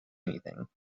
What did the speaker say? anything